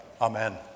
amen